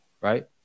right